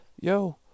Yo